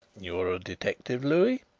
you are a detective, louis,